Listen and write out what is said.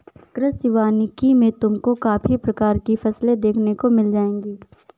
कृषि वानिकी में तुमको काफी प्रकार की फसलें देखने को मिल जाएंगी